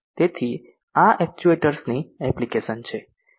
તેથી આ એક્ચ્યુએટર્સ ની એપ્લિકેશન છે